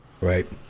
Right